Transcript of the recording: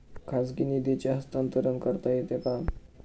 खाजगी निधीचे हस्तांतरण करता येते का?